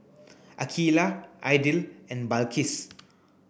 Aqeelah Aidil and Balqis